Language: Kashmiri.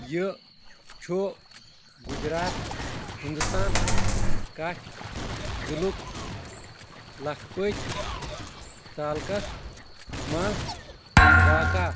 یہِ چھُ گُجرات ہندوستان کَچھ ضِلعُک لکھپٔتۍ تعلقس منٛز واقع